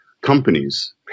companies